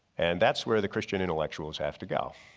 and that's where the christian intellectuals have to go.